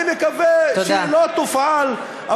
אני מקווה שהיא לא תופעל,